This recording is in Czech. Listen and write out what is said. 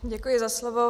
Děkuji za slovo.